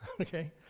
Okay